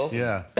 yeah,